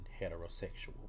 heterosexual